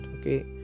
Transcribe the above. okay